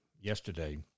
yesterday